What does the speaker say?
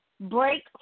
break